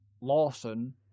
Lawson